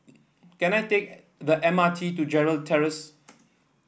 can I take the M R T to Gerald Terrace